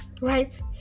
Right